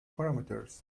parameters